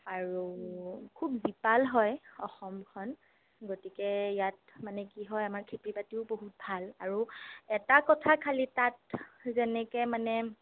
আৰু খুব জীপাল হয় অসমখন গতিকে ইয়াত মানে কি হয় আমাৰ খেতি বাতিও বহুত ভাল আৰু এটা কথা খালি তাত যেনেকে মানে